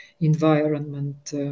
environment